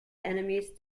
enemies